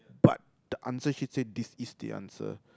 but the answer sheet says this is the answer